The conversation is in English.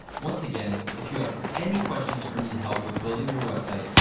once again, if you have any questions or need help with building your website,